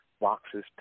boxes